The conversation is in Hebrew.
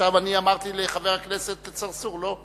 עכשיו אמרתי לחבר הכנסת צרצור, בבקשה.